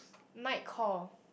Mike Kor